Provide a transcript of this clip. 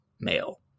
male